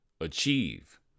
Achieve